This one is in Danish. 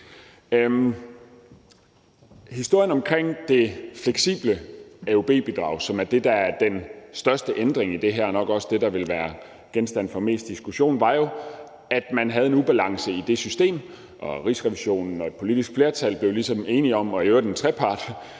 Historien om det fleksible AUB-bidrag, som er det, der er den største ændring i det her – og nok også det, der vil være genstand for mest diskussion – var jo, at man havde en ubalance i det system. Rigsrevisionen og et politisk flertal blev ligesom enige om – det gjorde